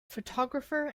photographer